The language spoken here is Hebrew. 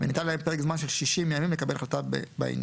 וניתן להם פרק זמן של שישים ימים לקבל החלטה בעניין,